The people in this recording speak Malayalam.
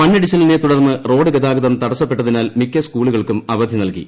മണ്ണിടിച്ചിലിനെ തുടർന്ന് റോസ്ട് ഗൃതാഗതം തടസ്സപ്പെട്ടതിനാൽ മിക്ക സ്കൂളുകൾക്കും അവധി നൽകി